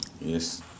Yes